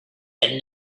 can